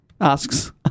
asks